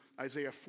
Isaiah